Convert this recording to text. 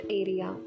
area